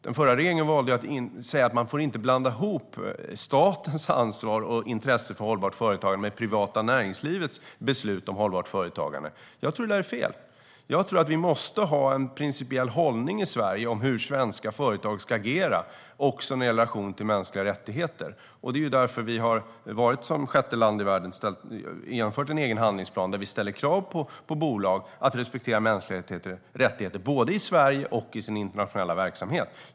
Den förra regeringen valde att säga att man inte får blanda ihop statens ansvar och intresse för hållbart företagande med det privata näringslivets beslut om hållbart företagande. Jag tror att det är fel. Jag tror att vi måste ha en principiell hållning i Sverige om hur svenska företag ska agera i relation till mänskliga rättigheter. Det är därför vi som sjätte land i världen har genomfört en egen handlingsplan där vi ställer krav på bolag att respektera mänskliga rättigheter, både i Sverige och i sin internationella verksamhet.